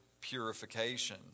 purification